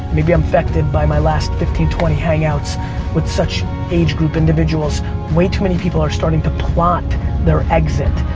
maybe i'm affected by my last fifteen, twenty hangouts with such age group individuals way too many people are starting to plot their exit.